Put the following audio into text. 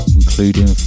including